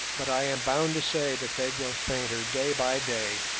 but i am bound to say that they grow fainter day by day,